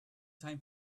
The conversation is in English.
time